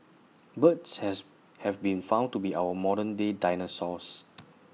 birds has have been found to be our modern day dinosaurs